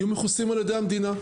יהיו מכוסים על-ידי המדינה.